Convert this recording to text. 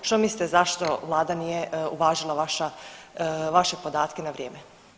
I što mislite evo zašto Vlada nije uvažila vaše podatke na vrijeme?